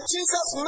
Jesus